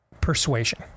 Persuasion